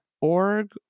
org